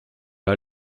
bas